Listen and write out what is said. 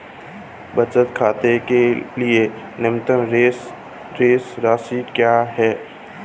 बचत खाते के लिए न्यूनतम शेष राशि क्या है?